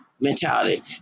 Mentality